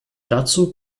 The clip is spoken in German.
dazu